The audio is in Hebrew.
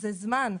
זה זמן.